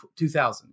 2000